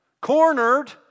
cornered